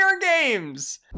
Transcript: games